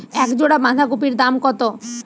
এক জোড়া বাঁধাকপির দাম কত?